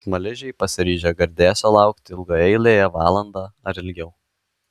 smaližiai pasiryžę gardėsio laukti ilgoje eilėje valandą ar ilgiau